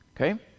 Okay